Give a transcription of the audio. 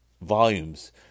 volumes